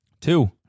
Two